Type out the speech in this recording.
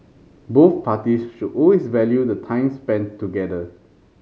both parties should always value the time spent together